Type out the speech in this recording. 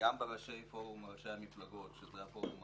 גם בפורום ראשי המפלגות, זה הפורום